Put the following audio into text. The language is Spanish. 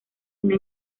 una